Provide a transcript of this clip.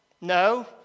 No